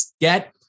get